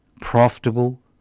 profitable